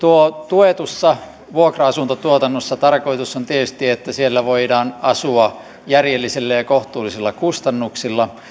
tuetussa vuokra asuntotuotannossa tarkoitus on tietysti että siellä voidaan asua järjellisillä ja kohtuullisilla kustannuksilla